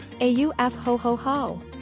A-U-F-ho-ho-ho